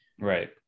Right